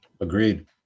Agreed